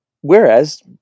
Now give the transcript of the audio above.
Whereas